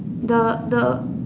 the the